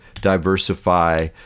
diversify